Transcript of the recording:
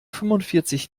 fünfundvierzig